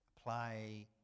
apply